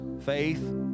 faith